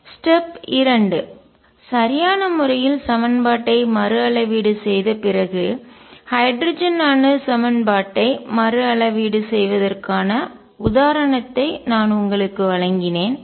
step படி 2 சரியான முறையில் சமன்பாட்டை மறுஅளவீடு செய்த பிறகு ஹைட்ரஜன் அணு சமன்பாட்டை மறுஅளவீடு செய்வதற்கான உதாரணத்தை நான் உங்களுக்கு வழங்கினேன்